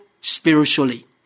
spiritually